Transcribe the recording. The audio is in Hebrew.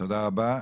תודה רבה.